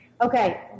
okay